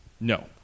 No